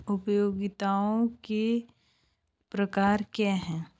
उपयोगिताओं के प्रकार क्या हैं?